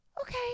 okay